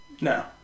No